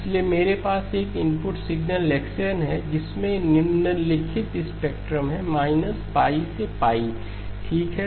इसलिए मेरे पास एक इनपुट सिग्नल x n है जिसमें निम्नलिखित स्पेक्ट्रम हैं π से ठीक है